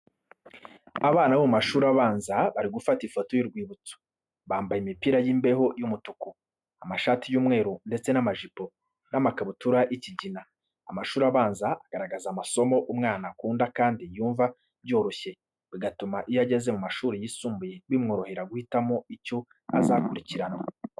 Abana bo mu mashuri abanza bari gufata ifoto y'urwibutso, bambaye imipira y'imbeho y'umutuku, amashati y'umweru ndetse n'amajipo n'amakabutura y'ikigina, amashuri abanza agaragaza amasomo umwana akunda kandi yumva byoroshye bigatuma iyo ageze mu amashuri yisumbuye bimworohera guhitamo icyo azakurikirana.